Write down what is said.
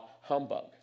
Humbug